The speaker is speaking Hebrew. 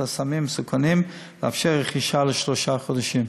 הסמים המסוכנים ולאפשר רכישה לשלושה חודשים.